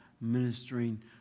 ministering